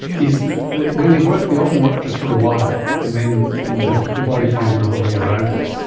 is that that when they work they often work just for a while and then the body finds another way around it,